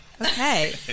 okay